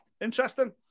interesting